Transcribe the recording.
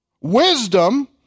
wisdom